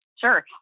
Sure